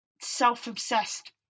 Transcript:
self-obsessed